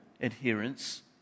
adherence